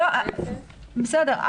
בסדר.